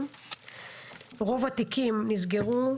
רוב התיקים נסגרו,